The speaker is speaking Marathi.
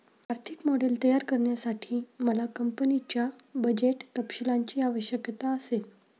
आर्थिक मॉडेल तयार करण्यासाठी मला कंपनीच्या बजेट तपशीलांची आवश्यकता असेल